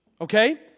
okay